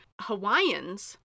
Hawaiians